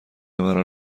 مرا